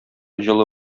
җылы